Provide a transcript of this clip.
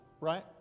right